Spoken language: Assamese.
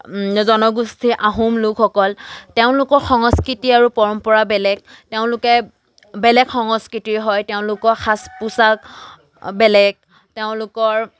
জনগোষ্ঠী আহোম লোকসকল তেওঁলোকৰ সংস্কৃতি আৰু পৰম্পৰা বেলেগ তেওঁলোকে বেলেগ সংস্কৃতিৰ হয় তেওঁলোকৰ সাজ পোচাক বেলেগ তেওঁলোকৰ